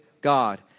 God